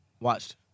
watched